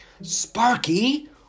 Sparky